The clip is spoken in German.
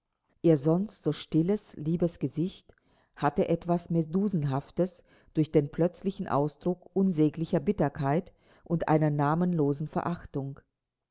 ihr sonst so stilles liebes gesicht hatte etwas medusenhaftes durch den plötzlichen ausdruck unsäglicher bitterkeit und einer namenlosen verachtung